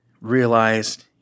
realized